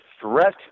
threat